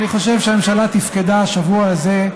אני חושב שהממשלה תפקדה השבוע הזה,